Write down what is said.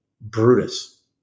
Brutus